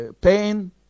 Pain